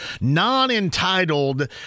non-entitled